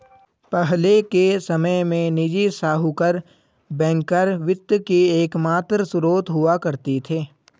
पहले के समय में निजी साहूकर बैंकर वित्त के एकमात्र स्त्रोत हुआ करते थे